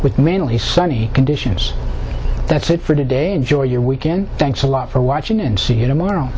with mainly sunny conditions that's it for today enjoy your weekend thanks a lot for watching and see you tomorrow